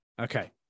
Okay